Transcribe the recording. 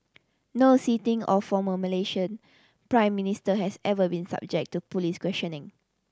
no sitting or former Malaysian Prime Minister has ever been subject to police questioning